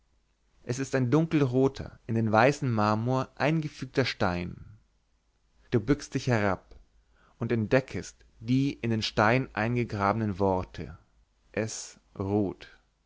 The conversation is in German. es ist ein dunkelroter in den weißen marmor eingefugter stein du bückst dich herab und entdeckest die in den stein eingegrabenen worte esruht